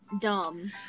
dumb